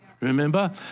Remember